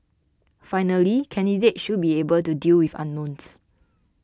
finally candidates should be able to deal with unknowns